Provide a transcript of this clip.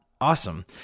awesome